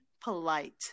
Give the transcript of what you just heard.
Polite